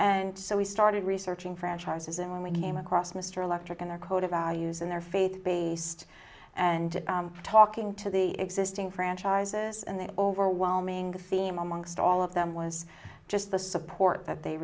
and so we started researching franchises and when we came across mr electric and our coda values and their faith based and talking to the existing franchises and the overwhelming theme amongst all of them was just the support that they